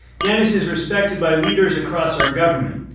denis is respected by leaders across our government.